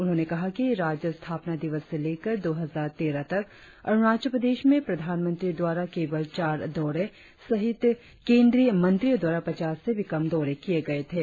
उन्होंने कहा कि राज्यस्थापना दिवस से लेकर दो हजार तेरह तक अरुणाचल प्रदेश में प्रधान मंत्री द्वारा केवल चार दौरे सहित केंद्रीय मंत्रियो द्वारा पचास से भी कम दौरे किए गए थे